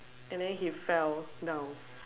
and then he fell down